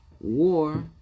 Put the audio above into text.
war